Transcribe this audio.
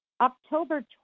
October